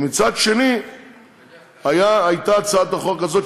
ומצד שני הייתה הצעת החוק הזאת,